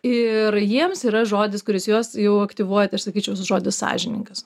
ir jiems yra žodis kuris juos jau aktyvuoja tai aš sakyčiau žodis sąžiningas